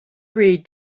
read